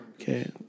Okay